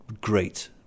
great